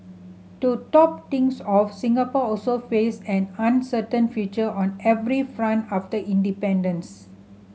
to top things off Singapore also faced an uncertain future on every front after independence